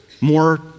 More